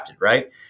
right